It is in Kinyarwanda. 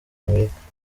amerika